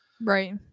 Right